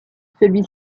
celui